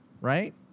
right